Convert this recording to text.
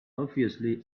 obviously